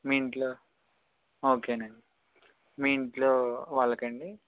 మీ ఇంట్లో ఓకేనండి మీ ఇంట్లో వాళ్ళకా అండి